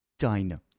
China